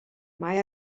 mae